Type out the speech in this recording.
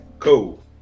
Cool